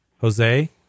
Jose